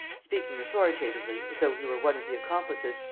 speaking authoritatively, as though he were one of the accomplices,